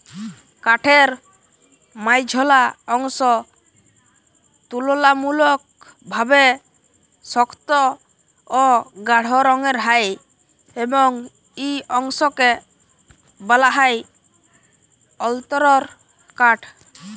কাঠের মাইঝল্যা অংশ তুললামূলকভাবে সক্ত অ গাঢ় রঙের হ্যয় এবং ই অংশকে ব্যলা হ্যয় অল্তরকাঠ